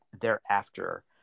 thereafter